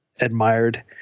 admired